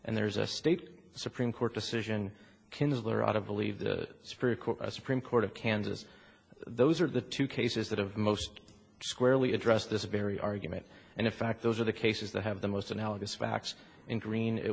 and there's a state supreme court decision kinzler out of believe the spirit supreme court of kansas those are the two cases that have most squarely addressed this very argument and in fact those are the cases that have the most analogous facts in green it